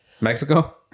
Mexico